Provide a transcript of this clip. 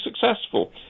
successful